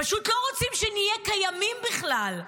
פשוט לא רוצים שנהיה קיימים בכלל,